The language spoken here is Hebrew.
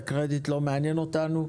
הקרדיט לא מעניין אותנו.